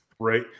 Right